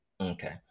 Okay